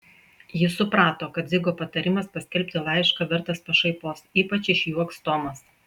jis suprato kad dzigo patarimas paskelbti laišką vertas pašaipos ypač išjuoks tomas